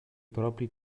propri